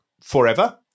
forever